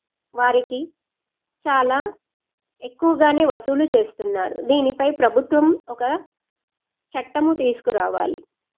వారికి చాలా ఎక్కువగానే వసూలు చేస్తున్నారు దీనిపై ప్రభుత్వం ఒక చట్టము తీసుకురావాలి